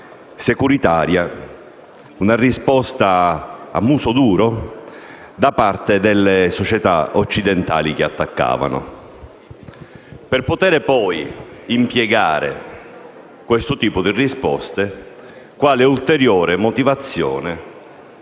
securitaria, una risposta a muso duro da parte delle società occidentali che attaccavano, per poter poi impiegare tale risposta quale ulteriore motivazione